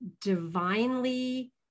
divinely